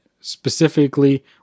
specifically